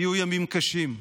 יהיו ימים קשים.